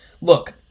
Look